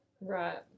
Right